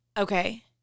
Okay